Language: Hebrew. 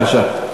בבקשה.